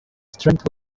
strength